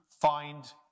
find